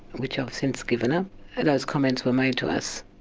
which i've since given up and those comments were made to us.